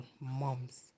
moms